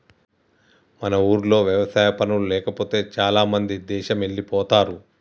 మన ఊర్లో వ్యవసాయ పనులు లేకపోతే చాలామంది దేశమెల్లిపోతారు